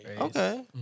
Okay